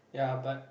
ya but